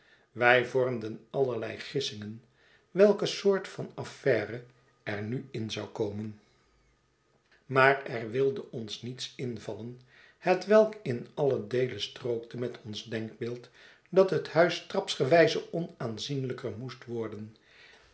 wij vormden allerlei gissingen welke soort van affaire er nu in zou komen maar er wilde ons niets invallen hetwelk in alien deele strookte met ons denkbeeld dat het huis trapsgewijze onaanzienlijker moest worden